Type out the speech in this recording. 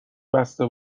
بسته